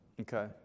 Okay